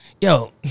Yo